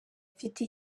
mfite